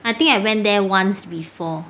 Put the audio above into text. I think I went there once before